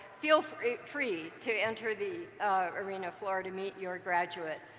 feel free free to enter the arena floor to meet your graduate.